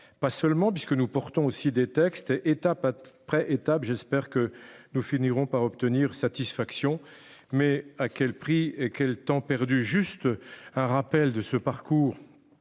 Pas seulement parce que nous portons aussi des textes. Étape après étape. J'espère que nous finirons par obtenir satisfaction mais à quel prix et quel temps perdu. Juste un rappel de ce parcours